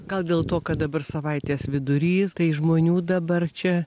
gal dėl to kad dabar savaitės vidurys tai žmonių dabar čia